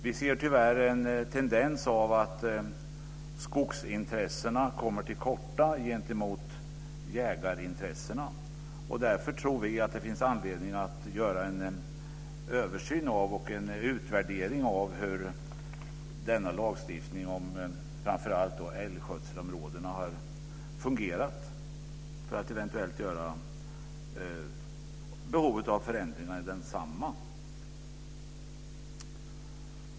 Vi ser tyvärr en tendens till att skogsintressena kommer till korta gentemot jägarintressena. Därför tror vi att det finns anledning att göra en översyn och en utvärdering av hur denna lagstiftning om framför allt älgskötselområdena har fungerat för att vid behov göra förändringar i densamma.